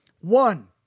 One